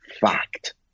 Fact